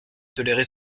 tolérer